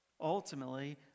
Ultimately